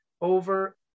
over